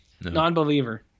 non-believer